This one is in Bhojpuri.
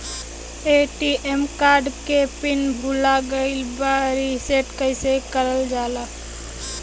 ए.टी.एम कार्ड के पिन भूला गइल बा रीसेट कईसे करल जाला?